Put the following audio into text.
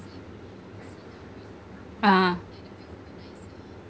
ah